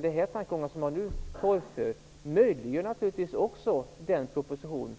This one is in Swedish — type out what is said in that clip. de tankegångar som nu torgförs möjliggör den aktuella propositionen.